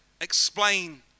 explain